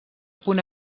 punt